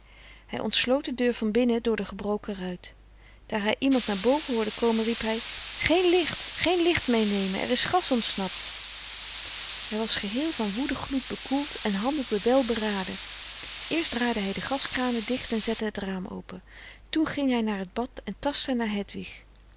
ontsloot de deur van binnen door de gebroken ruit daar hij iemand naar boven hoorde komen riep hij geen licht geen licht meenemen er is gas ontsnapt hij was geheel van woede gloed bekoeld en handelde welberaden eerst draaide hij de gaskranen dicht en zette het raam open toen ging hij naar t bad en tastte naar